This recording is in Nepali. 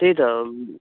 त्यही त